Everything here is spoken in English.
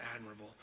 admirable